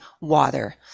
water